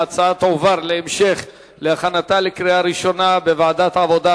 ההצעה תועבר להכנתה לקריאה ראשונה בוועדת העבודה,